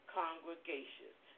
congregations